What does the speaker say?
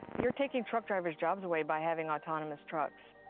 you're taking truck drivers' jobs away by having autonomous trucks,